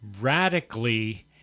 radically